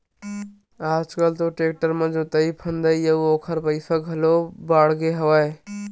आज कल तो टेक्टर म जोतई फंदई बर ओखर पइसा घलो बाड़गे हवय